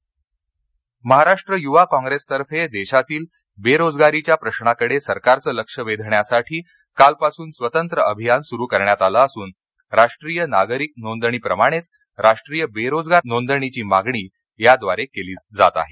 अभियान महाराष्ट्र यूवा कॉप्रेसतर्फे देशातील बेरोजगारीच्या प्रशाकडे सरकारचं लक्ष वेधण्यासाठी कालपासून स्वतंत्र अभियान सुरु करण्यात आलं असून राष्ट्रीय नागरिक नोंदणीप्रमाणेच राष्ट्रीय बेरोजगार नोंदणीची मागणी त्याद्वारे केली आहे